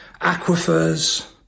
aquifers